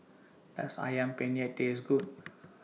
Does Ayam Penyet Taste Good